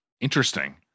Interesting